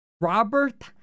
Robert